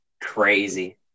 Crazy